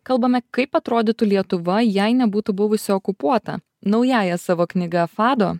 kalbame kaip atrodytų lietuva jei nebūtų buvusi okupuota naująja savo knyga fado